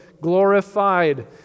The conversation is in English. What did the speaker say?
glorified